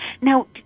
Now